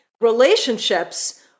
relationships